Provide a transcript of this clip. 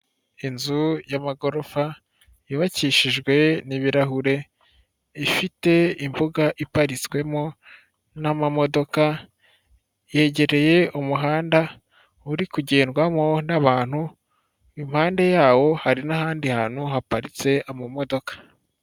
Inzu y'amagorofa yubakishijwe n'ibirahure ifite imbuga iparitswemo n'amamodoka yegereye umuhanda uri kugendwamo n'abantu impande yawo hari n'ahandi hantu haparitse amamodoka.